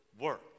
work